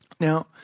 Now